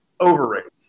overrated